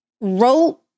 wrote